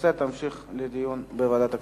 הנושא יעבור לדיון בוועדת הכספים.